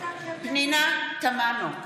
פנינה תמנו,